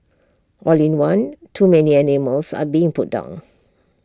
all in one too many animals are being put down